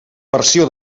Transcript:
versió